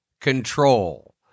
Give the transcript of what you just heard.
Control